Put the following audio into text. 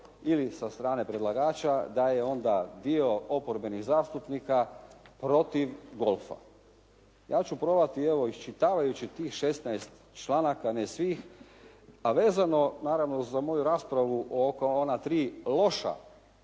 ili sa strane predlagača, da je onda dio oporbenih zastupnika protiv golfa. Ja ću probati evo iščitavajući tih 16 članaka, ne svih, a vezano naravno uz moju raspravu oko ona tri loša